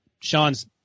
Sean's